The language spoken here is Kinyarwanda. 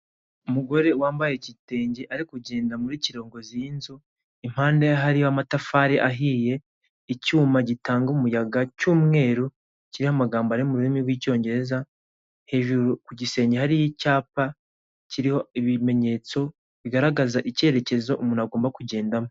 Umugore wambaye igitenge ari kugenda muri kirongozi y'inzu, impande ye hariho amatafari ahiye, icyuma gitanga umuyaga cy'umweru, kiriho amagambo ari mu rurimi rw'icyongereza, hejuru ku gisenge hariyo icyapa, kiriho ibimenyetso, bigaragaza icyerekezo umuntu agomba kugendamo.